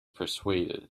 persuaded